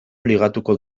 ligatuko